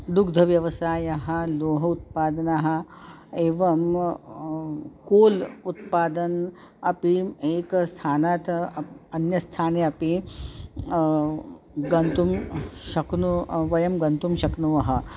दुग्धव्यवसायः लोह उत्पादनः एवं कोल् उत्पादनम् अपि एकस्थानात् अन्यस्थाने अपि गन्तुं शक्नू वयं गन्तुं शक्नुमः